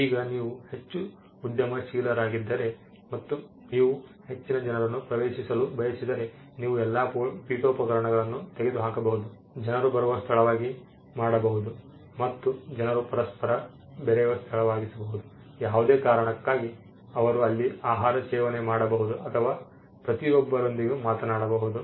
ಈಗ ನೀವು ಹೆಚ್ಚು ಉದ್ಯಮಶೀಲರಾಗಿದ್ದರೆ ಮತ್ತು ನೀವು ಹೆಚ್ಚಿನ ಜನರನ್ನು ಪ್ರವೇಶಿಸಲು ಬಯಸಿದರೆ ನೀವು ಎಲ್ಲಾ ಪೀಠೋಪಕರಣಗಳನ್ನು ತೆಗೆದುಹಾಕಬಹುದು ಮತ್ತು ಜನರು ಬರುವ ಸ್ಥಳವಾಗಿ ಮಾಡಬಹುದು ಮತ್ತು ಜನರು ಪರಸ್ಪರ ಪರಸ್ಪರ ಬೆರೆಯಬಹುದು ಯಾವುದೇ ಕಾರಣಕ್ಕಾಗಿ ಅವರು ಅಲ್ಲಿ ಆಹಾರ ಸೇವನೆ ಮಾಡಬಹುದು ಅಥವಾ ಪ್ರತಿಯೊಬ್ಬರೊಂದಿಗೆ ಮಾತನಾಡಬಹುದು